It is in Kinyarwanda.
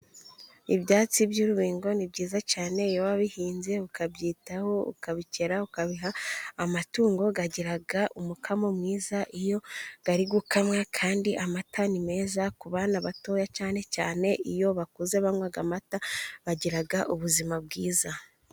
Ibyatsi by'urubingo ni byiza cyane, iyo wa bihinze ukabyitaho, ukabikera ukabiha amatungo, agira umukamo mwiza, iyo ari gukamwa kandi amata ni meza ku bana batoya, cyane cyane iyo bakuze banywa amata bagiraga ubuzima bwiza.